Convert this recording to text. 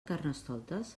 carnestoltes